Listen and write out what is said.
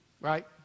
right